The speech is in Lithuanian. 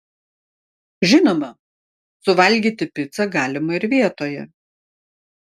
žinoma suvalgyti picą galima ir vietoje